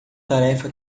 tarefa